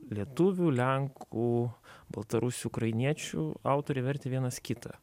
lietuvių lenkų baltarusių ukrainiečių autoriai vertė vienas kitą